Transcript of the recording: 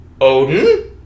Odin